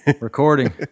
recording